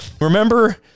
Remember